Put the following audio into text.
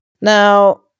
Now